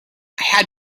had